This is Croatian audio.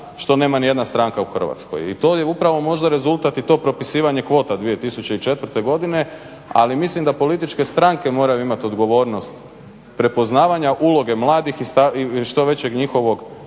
što nema ni jedna stranka u Hrvatskoj. I to je upravo možda rezultat i to propisivanje kvota 2004. godine. Ali mislim da političke stranke moraju imati odgovornost prepoznavanja uloge mladih i što većeg njihovog